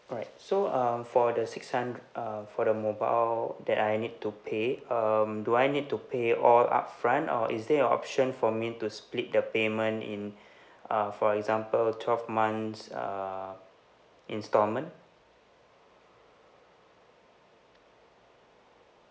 alright so um for the six hund~ uh for the mobile that I need to pay um do I need to pay all upfront or is there a option for me to split the payment in uh for example twelve months err instalment